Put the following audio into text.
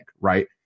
right